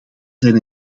zijn